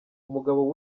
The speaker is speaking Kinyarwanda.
umugabo